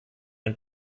den